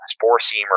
four-seamer